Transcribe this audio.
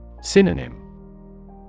Synonym